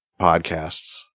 podcasts